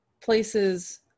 places